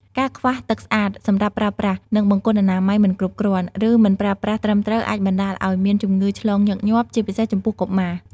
ការខ្វះទឹកស្អាតសម្រាប់ប្រើប្រាស់ និងបង្គន់អនាម័យមិនគ្រប់គ្រាន់ ឬមិនប្រើប្រាស់ត្រឹមត្រូវអាចបណ្តាលឱ្យមានជំងឺឆ្លងញឹកញាប់ ជាពិសេសចំពោះកុមារ។